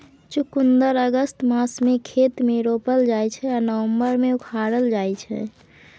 चुकंदर अगस्त मासमे खेत मे रोपल जाइ छै आ नबंबर मे उखारल जाइ छै